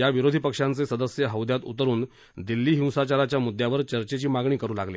या विरोधी पक्षांचे सदस्य हौद्यात उतरून दिल्ली हिंसाचाराच्या मुद्द्यावर चर्चेची मागणी करू लागले